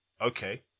okay